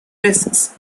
risks